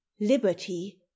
liberty